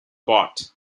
bought